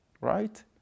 right